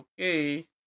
okay